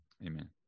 Amen